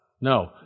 No